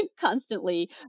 constantly